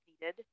needed